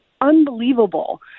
unbelievable